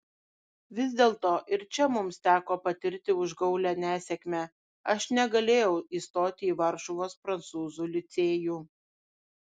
vis dėlto ir čia mums teko patirti užgaulią nesėkmę aš negalėjau įstoti į varšuvos prancūzų licėjų